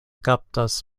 kaptas